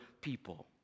people